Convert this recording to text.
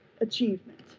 achievement